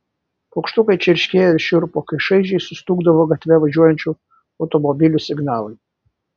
paukštukai čirškėjo ir šiurpo kai šaižiai sustūgdavo gatve važiuojančių automobilių signalai